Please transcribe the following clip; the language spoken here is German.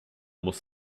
muss